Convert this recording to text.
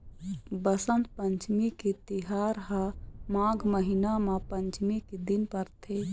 बसंत पंचमी के तिहार ह माघ महिना म पंचमी के दिन परथे